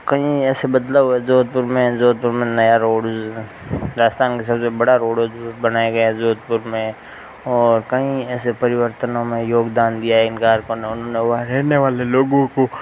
कई ऐसे बदलाव हैं जोधपुर में जोधपुर में नया रोड राजस्थान का सब से बड़ा रोड बनाया गया जोधपुर में और कईं ऐसे परिवर्तनों में योगदान दिया है इन कारख़ानों ने वहाँ रहने वाले लोगों को